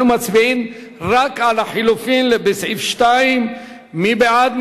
אנחנו מצביעים רק על ההסתייגות לחלופין בסעיף 2. מי בעד?